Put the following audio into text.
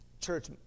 church